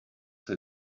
his